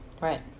Right